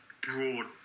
broad